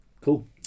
cool